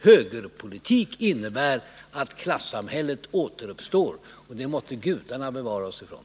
Högerpolitik innebär att klassamhället återuppstår, och det måtte gudarna bevara oss från!